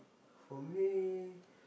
for me